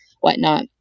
whatnot